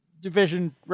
division